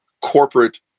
corporate